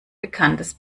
bekanntes